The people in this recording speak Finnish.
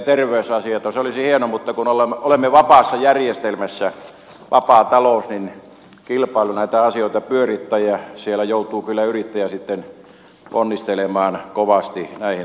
se olisi hienoa mutta kun olemme vapaassa järjestelmässä vapaassa taloudessa niin kilpailu näitä asioita pyörittää ja siellä joutuu kyllä yrittäjä sitten ponnistelemaan kovasti näiden asioiden puolella